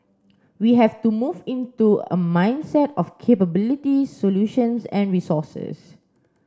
we have to move into a mindset of capabilities solutions and resources